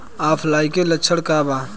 ऑफलाइनके लक्षण क वा?